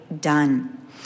done